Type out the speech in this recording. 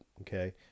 okay